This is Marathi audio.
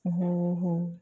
हो हो